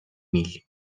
mil